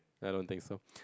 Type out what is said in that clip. I don't think so